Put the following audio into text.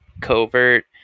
Covert